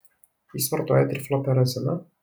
jis vartoja trifluoperaziną